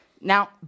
Now